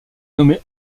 nommé